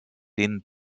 den